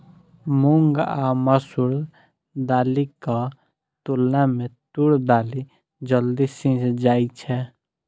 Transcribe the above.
मूंग आ मसूर दालिक तुलना मे तूर दालि जल्दी सीझ जाइ छै